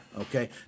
okay